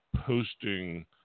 posting